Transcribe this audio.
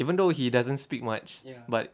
even though he doesn't speak much but